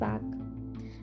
back